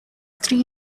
three